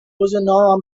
نامم